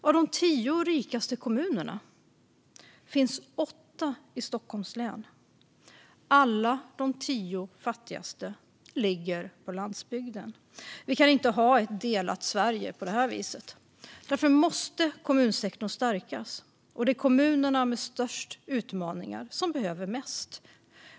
Av de tio rikaste kommunerna i Sverige finns åtta i Stockholms län; alla de tio fattigaste ligger på landsbygden. Vi kan inte ha ett delat Sverige på det här viset. Därför måste kommunsektorn stärkas, och det är kommunerna med störst utmaningar som behöver mest.